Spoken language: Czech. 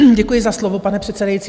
Děkuji za slovo, pane předsedající.